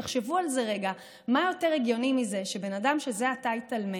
תחשבו על זה רגע: מה יותר הגיוני מזה שבן אדם שזה עתה התאלמן